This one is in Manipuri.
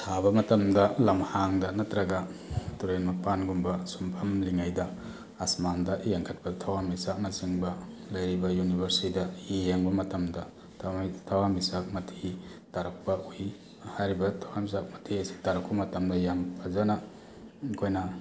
ꯁꯥꯕ ꯃꯇꯝꯗ ꯂꯝꯍꯥꯡꯗ ꯅꯠꯇ꯭ꯔꯒ ꯇꯨꯔꯦꯟ ꯃꯄꯥꯟꯒꯨꯝꯕ ꯁꯨꯝ ꯐꯝꯂꯤꯉꯩꯗ ꯑꯁꯃꯥꯟꯗ ꯌꯦꯡꯈꯠꯄꯗ ꯊꯋꯥꯟꯃꯤꯆꯥꯛꯅ ꯆꯤꯡꯕ ꯂꯩꯔꯤꯕ ꯌꯨꯅꯤꯕꯔꯁ ꯁꯤꯗ ꯌꯦꯡꯕ ꯃꯇꯝꯗ ꯊꯋꯥꯟꯃꯤꯆꯥꯛ ꯃꯊꯤ ꯇꯥꯔꯛꯄ ꯎꯏ ꯍꯥꯏꯔꯤꯕ ꯊꯋꯥꯟꯃꯤꯆꯥꯛ ꯃꯊꯤ ꯑꯁꯤ ꯇꯥꯔꯛꯄ ꯃꯇꯝꯗ ꯌꯥꯝ ꯐꯖꯅ ꯑꯩꯈꯣꯏꯅ